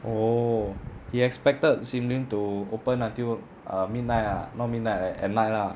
oh he expected sim lim to open until err midnight ah not midnight at night lah